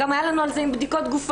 גם היה לנו על זה עם בדיקות גופניות